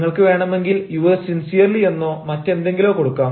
നിങ്ങൾക്ക് വേണമെങ്കിൽ yours sincerely എന്നോ മറ്റെന്തെങ്കിലോ കൊടുക്കാം